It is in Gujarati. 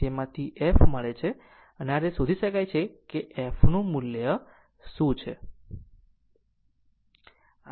આમ આ રીતે શોધી શકાય છે કે fનું મૂલ્ય શું છે